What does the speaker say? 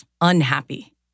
unhappy